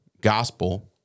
gospel